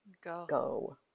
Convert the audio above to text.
go